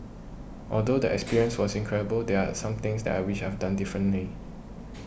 although the experience was incredible there are some things that I wish I have done differently